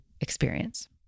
experience